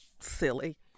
silly